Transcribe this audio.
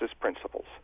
principles